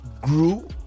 grew